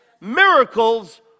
Miracles